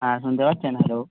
হ্যাঁ শুনতে পাচ্চেন হ্যালো